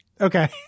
Okay